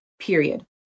period